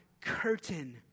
curtain